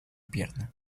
pierna